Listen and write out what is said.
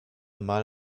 mal